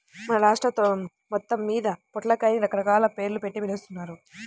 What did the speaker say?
మన రాష్ట్రం మొత్తమ్మీద పొట్లకాయని రకరకాల పేర్లుబెట్టి పిలుస్తారు